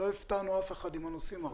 לא הפתענו אף אחד עם הנושאים הרי.